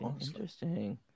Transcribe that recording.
Interesting